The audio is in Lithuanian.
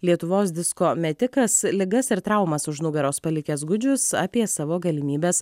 lietuvos disko metikas ligas ir traumas už nugaros palikęs gudžius apie savo galimybes